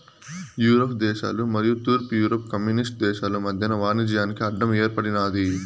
Europe దేశాలు మరియు తూర్పు యూరప్ కమ్యూనిస్టు దేశాలు మధ్యన వాణిజ్యానికి అడ్డం ఏర్పడినాది